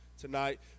tonight